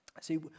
See